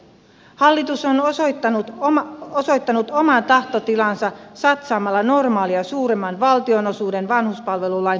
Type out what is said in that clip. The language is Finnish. hallitus on osoittanut oman tahtotilansa satsaamalla normaalia suuremman valtionosuuden vanhuspalvelulain toteuttamiseen